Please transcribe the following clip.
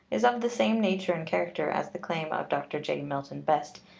is of the same nature and character as the claim of dr. j. milton best,